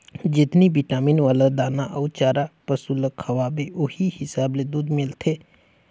जेतनी बिटामिन वाला दाना अउ चारा पसु ल खवाथे ओहि हिसाब ले दूद मिलथे